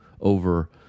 over